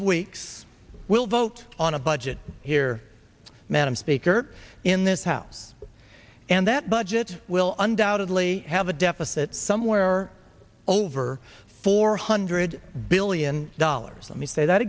of weeks we'll vote on a budget here madam speaker in this house and that budget will undoubtedly have a deficit somewhere over four hundred billion dollars let me say that